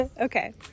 Okay